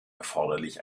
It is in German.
erforderlich